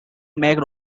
makes